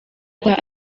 kwa